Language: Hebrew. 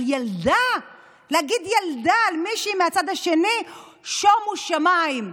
אבל "ילדה" להגיד "ילדה" על מישהי מהצד השני שומו שמיים.